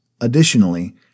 Additionally